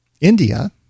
India